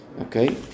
Okay